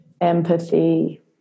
Empathy